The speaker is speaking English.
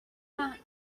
that